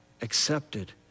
accepted